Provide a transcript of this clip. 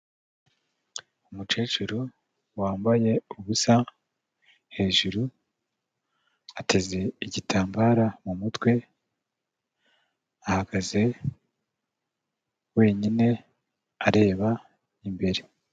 Umucecuru wambaye ubusa hejuru, ateze igitambaro mu mutwe, ahagaze wenyine areba imbere.